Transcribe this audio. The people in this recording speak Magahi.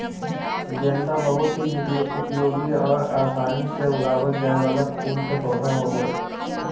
गेंदा बहुत ही उपयोगी और आसानी से उगावल जाय वाला फूल के पौधा होबो हइ